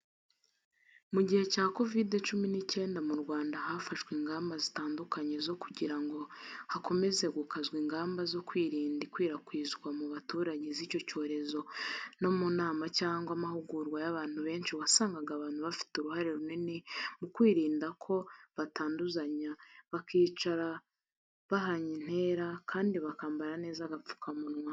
Mu gihe cya covid 19, mu Rwanda hafashwe ingamaba zitandukanye zo kugirango hakomeze gukazwa imgamaba zo kwirinda ikwirakwizwa mu baturage zicyo cyorezo. No mu manama cyangwa amahugurwa y'abantu benshi wasangaga abantu bafite uruhare runini mu kwirinda ko bakanduzanya bakica bahanye intera kandi bakambara neza agapfukamunwa.